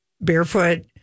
barefoot